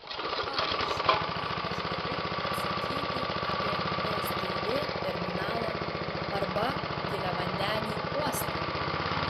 pavyzdžiui ką aš galiu atsakyti apie sgd terminalą arba giliavandenį uostą